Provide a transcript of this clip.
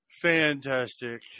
fantastic